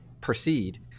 proceed